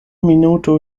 minuto